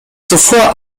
zuvor